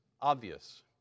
obvious